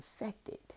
affected